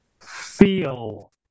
Feel